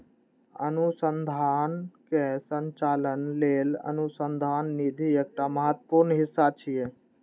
अनुसंधानक संचालन लेल अनुसंधान निधि एकटा महत्वपूर्ण हिस्सा छियै